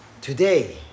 today